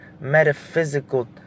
metaphysical